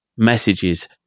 Messages